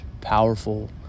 powerful